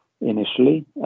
initially